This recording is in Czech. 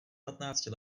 patnácti